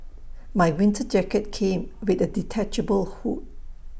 my winter jacket came with A detachable hood